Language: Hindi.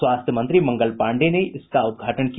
स्वास्थ्य मंत्री मंगल पांडेय ने इसका उद्घाटन किया